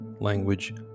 language